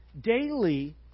Daily